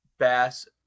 bass